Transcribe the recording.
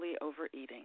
overeating